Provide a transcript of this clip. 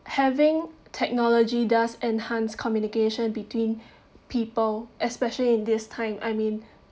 having technology does enhance communication between people especially in this time I mean